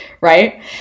Right